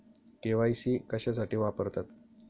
KYC कशासाठी वापरतात?